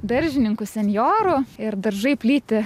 daržininkų senjorų ir daržai plyti